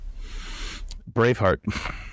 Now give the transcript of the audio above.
Braveheart